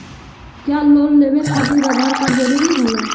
क्या लोन लेवे खातिर आधार कार्ड जरूरी होला?